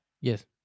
yes